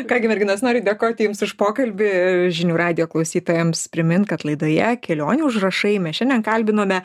ką gi merginos noriu dėkoti jums už pokalbį žinių radijo klausytojams primint kad laidoje kelionių užrašai mes šiandien kalbinome